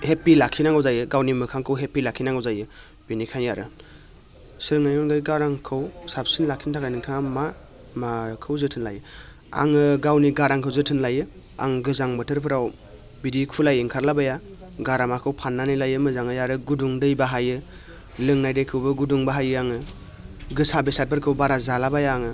happy लाखिनांगौ जायो गावनि मोखांखौ हेप्पि लाखिनांगौ जायो बिनिखायनो आरो जोङो उन्दै गारांखौ साबसिन लाखिनो थाखाय नोंथाङा मा माखौ जोथोन लायो आङो गावनि गारांखौ जोथोन लायो आं गोजां बोथोरफोराव बिदि खुलायै ओंखारलाबाया गारामाखौ फाननानै लायो मोजाङै आरो गुदुं दै बाहायो लोंनाय दैखौबो गुदुं बाहायो आङो गोसा बेसादफोरखौ बारा जालाबाया आङो